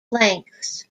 lengths